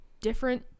different